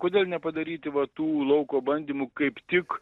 kodėl nepadaryti va tų lauko bandymų kaip tik